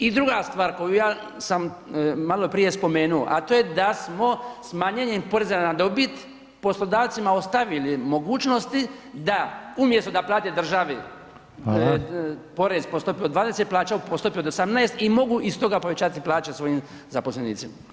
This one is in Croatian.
I druga stvar, koju ja sam maloprije spomenuo, a to je da smo smanjenjem poreza na dobit poslodavcima ostavili mogućnosti da umjesto da plati državi [[Upadica Reiner: Hvala.]] porez po stopi od 20, plaća po stopi od 18 i mogu i stoga povećati plaće svojim zaposlenicima.